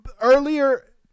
earlier